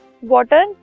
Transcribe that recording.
Water